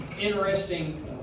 interesting